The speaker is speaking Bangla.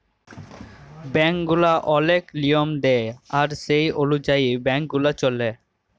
ব্যাংক গুলা ওলেক লিয়ম দেয় আর সে অলুযায়ী ব্যাংক গুলা চল্যে